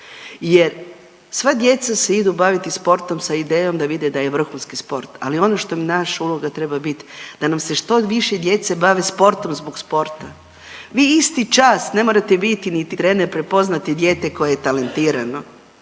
jer sva djeca se idu baviti sportom sa idejom da vide da je vrhunski sport, ali ono što naša uloga treba bit da nam se što više djece bavi sportom zbog sporta, vi isti čas ne morate biti niti trener, prepoznate dijete koje je talentirano.